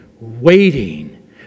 waiting